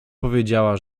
powiedziała